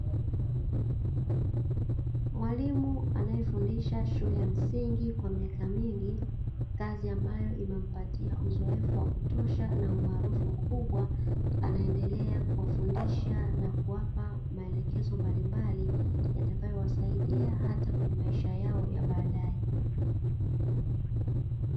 Mwalimu anaefundidha shule ya msingi kwa miaka mingi, kazi ambayo imempatia uzoefu wa kutosha na umaarufu mkubwa anaendelea kuwafundisha na kuwapa maelekezo mbalimbali yatawasaidia hata kwa maisha yao ya baadaye.